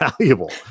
valuable